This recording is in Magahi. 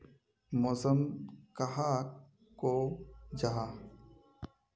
मौसम कहाक को जाहा?